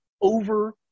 over